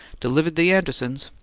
delivered the andersons'.